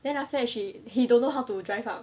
then after that she he don't know how to drive up